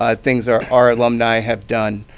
ah things our our alumni have done.